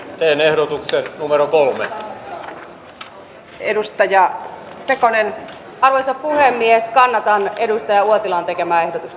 valtion retkeilyalueet kuuluvat metsähallituksen muuhun omaan pääomaan julkisten hallintotehtävien taseeseen jolla ei ole tuottovaadetta